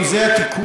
אם זה התיקון,